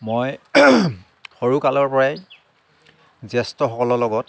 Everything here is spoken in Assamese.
মই সৰুকালৰ পৰাই জ্য়েষ্ঠসকলৰ লগত